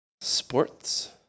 sports